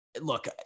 look